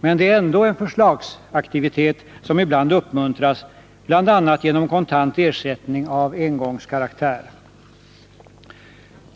Men det är ändå en förslagsaktivitet, som ibland uppmuntras bl.a. genom kontant ersättning av engångskaraktär.